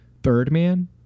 Birdman